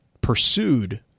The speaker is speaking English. pursued